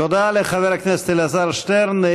תודה לחבר הכנסת אלעזר שטרן.